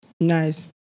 Nice